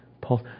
Paul